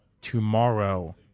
tomorrow